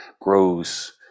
grows